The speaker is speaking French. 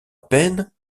peine